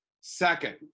second